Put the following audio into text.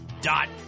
dot